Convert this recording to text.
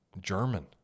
German